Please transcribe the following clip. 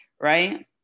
Right